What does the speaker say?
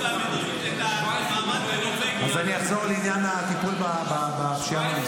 עדיין אין תקציב, מה לא